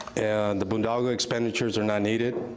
and the boondoggle expenditures are not needed.